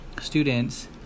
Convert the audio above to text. students